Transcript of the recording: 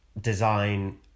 design